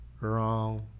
Wrong